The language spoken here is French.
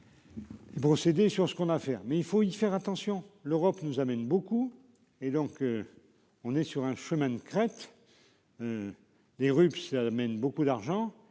Procéder sur ce qu'on a fermé, il faut y faire attention. L'Europe nous amène beaucoup et donc. On est sur un chemin de crête. Les RUP ça amène beaucoup d'argent